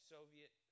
Soviet